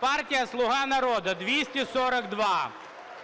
Партія "Слуга народу" – 242,